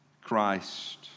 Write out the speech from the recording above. Christ